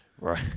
Right